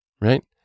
right